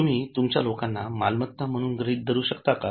तुम्ही तुमच्या लोकांना मालमत्ता म्हणून गृहीत धरूशकता का